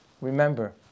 Remember